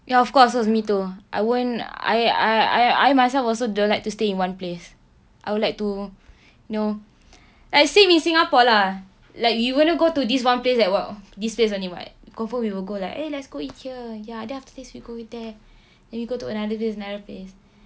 ya of course me too I won't I I I I myself also don't like to stay in one place I would like to know like safe is singapore lah like you wanna go to this one place like what this place only [what] what for we will go like eh let's go eat here ya then after this we go eat there then we go to another place another place